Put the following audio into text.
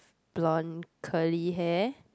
blond curly hair